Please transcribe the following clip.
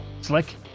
Slick